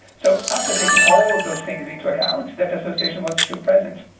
so after taking all of those things into account that association was still present.